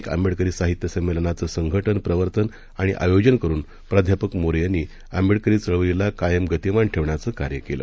अनेक आंबेडकरी साहित्य संमेलनांचं संघटन प्रवर्तन आणि आयोजन करून प्रा मोरे यांनी आंबेडकरी चळवळीला कायम गतिमान ठेवण्याचं कार्य केलं